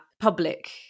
public